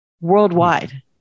worldwide